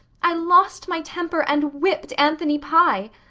i lost my temper and whipped anthony pye.